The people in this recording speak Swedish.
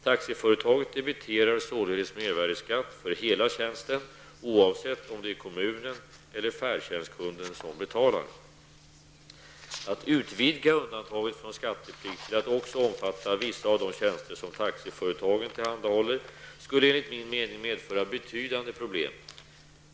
Taxiföretaget debiterar således mervärdeskatt för hela tjänsten, oavsett om det är kommunen eller färdtjänstkunden som betalar. Att utvidga undantaget från skatteplikt till att också omfatta vissa av de tjänster som taxiföretagen tillhandahåller skulle enligt min mening medföra betydande problem.